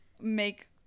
make